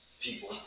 people